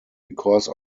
because